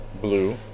blue